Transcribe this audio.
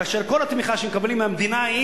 כאשר כל התמיכה שמקבלים מהמדינה היא,